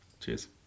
cheers